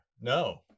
No